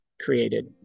created